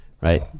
right